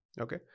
Okay